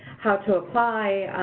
how to apply,